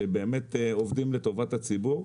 שבאמת עובדים לטובת הציבור.